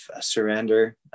surrender